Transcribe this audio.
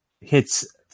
hits